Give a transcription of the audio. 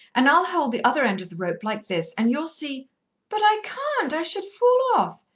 and i'll hold the other end of the rope like this, and you'll see but i can't, i should fall off.